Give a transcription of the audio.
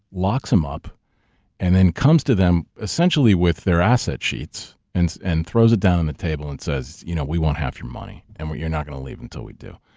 locks them up and then comes to them, essentially with their asset sheets, and and throws it down on the table and says, you know we want half your money and you're not gonna leave until we do.